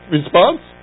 response